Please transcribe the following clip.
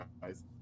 guys